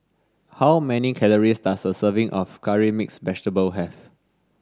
how many calories does a serving of curry mixed vegetable have